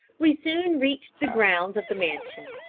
we soon reached the grounds of the mansion,